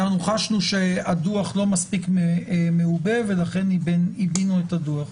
חשבנו שהדוח לא מספיק מעובה ועיבינו אותו.